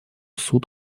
суд